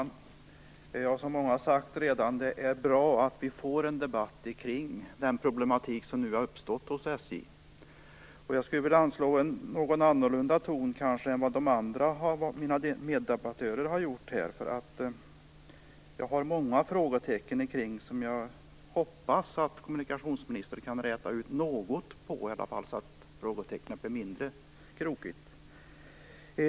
Fru talman! Som många redan har sagt är det bra att vi får en debatt kring den problematik som nu har uppstått i SJ. Jag skulle vilja anslå en något annorlunda ton kanske än vad mina meddebattörer har gjort. Jag har många frågetecken som jag hoppas att kommunikationsministern skall kunna räta ut något i alla fall så att de blir mindre krokiga.